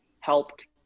helped